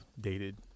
dated